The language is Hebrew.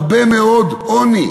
הרבה מאוד עוני.